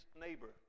neighbor